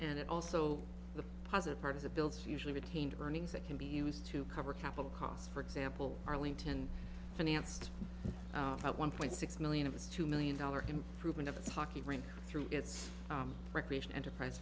and also the positive part of the bills usually retained earnings that can be used to cover capital costs for example arlington financed about one point six million of its two million dollars improvement of its hockey rink through its recreation enterprise